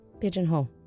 Pigeonhole